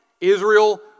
Israel